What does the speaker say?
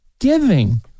Giving